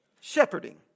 Shepherding